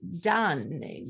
done